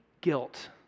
guilt